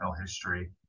history